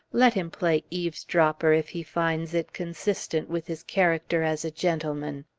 let him play eavesdropper if he finds it consistent with his character as a gentleman.